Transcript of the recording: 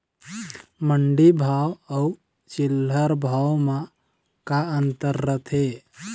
मंडी भाव अउ चिल्हर भाव म का अंतर रथे?